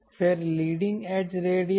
फिर leading edge radius